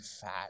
fat